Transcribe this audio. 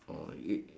oh it